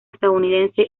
estadounidense